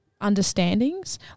understandings